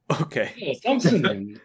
Okay